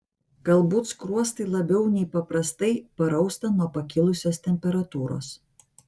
galbūt skruostai labiau nei paprastai parausta nuo pakilusios temperatūros